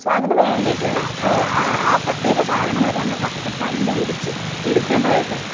so അതിനു വേണ്ടിയിട്ടുള്ള ആ ആ ആ പ്രത്യേക സാധനങ്ങൾ തന്നെ തപ്പി കണ്ടുപിടിച്ച് എടുക്കേണ്ടതായിട്ടുണ്ട്